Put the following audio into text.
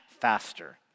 faster